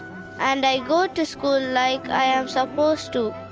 and i go to school like i am supposed to.